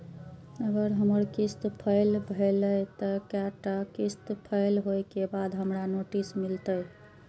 अगर हमर किस्त फैल भेलय त कै टा किस्त फैल होय के बाद हमरा नोटिस मिलते?